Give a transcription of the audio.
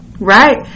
Right